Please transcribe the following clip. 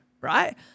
right